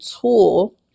tool